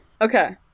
Okay